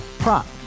Prop